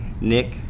Nick